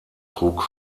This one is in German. trug